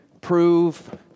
prove